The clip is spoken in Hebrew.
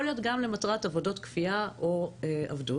להיות גם למטרת עבודות כפייה או עבדות,